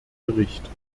bericht